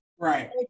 Right